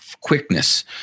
quickness